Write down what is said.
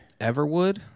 Everwood